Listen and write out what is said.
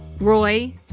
Roy